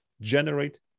generate